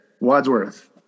Wadsworth